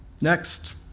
Next